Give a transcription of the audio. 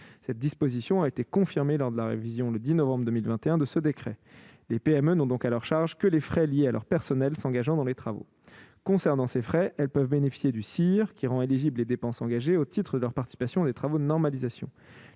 Cette disposition a été confirmée lors de la révision, le 10 novembre 2021, de ce décret. Les PME ne conservent donc à leur charge que les frais liés à leur personnel s'engageant dans les travaux. Pour ces frais, elles peuvent bénéficier du CIR, qui rend éligibles les dépenses engagées au titre de leur participation à des travaux de normalisation.